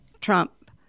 Trump